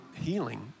healing